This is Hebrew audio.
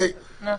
נכון.